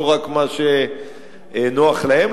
לא רק מה שנוח להם,